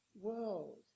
world